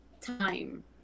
time